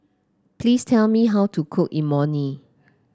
please tell me how to cook Imoni